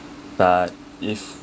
but if